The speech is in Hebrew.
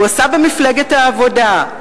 שהוא עשה במפלגת העבודה,